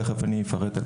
ותיכף אפרט.